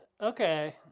okay